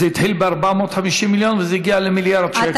זה התחיל ב-450 מיליון וזה הגיע למיליארד שקל.